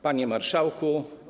Panie Marszałku!